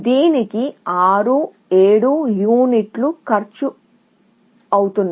దీనికి 6 7 యూనిట్లు ఖర్చవుతున్నాయి